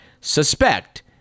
suspect